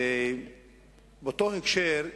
באותו הקשר,